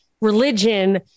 religion